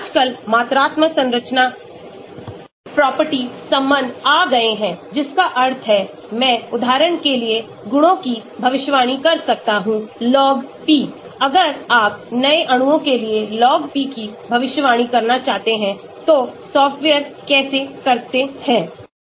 आजकल मात्रात्मक संरचना प्रॉपर्टी संबंध आ गए हैं जिसका अर्थ है मैं उदाहरण के लिए गुणों की भविष्यवाणी कर सकता हूं log P अगर आप नए अणुओं के लिए log P की भविष्यवाणी करना चाहते हैं तो सॉफ्टवेअर कैसे करते हैं